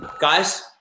guys